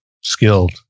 skilled